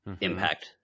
impact